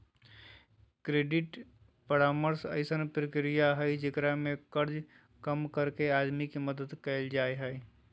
credit परामर्श अइसन प्रक्रिया हइ जेकरा में कर्जा कम करके आदमी के मदद करल जा हइ